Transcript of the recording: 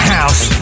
House